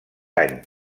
any